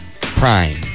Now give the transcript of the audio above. Prime